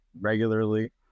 regularly